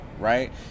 Right